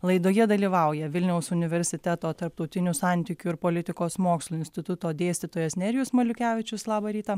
laidoje dalyvauja vilniaus universiteto tarptautinių santykių ir politikos mokslų instituto dėstytojas nerijus maliukevičius labą rytą